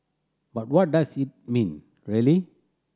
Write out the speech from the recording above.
but what does it mean really